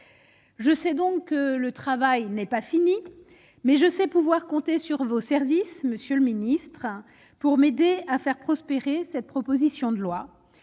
je sais donc que le travail n'est pas fini mais je sais pouvoir compter sur vos services, monsieur le ministre, pour m'aider à faire prospérer cette proposition de loi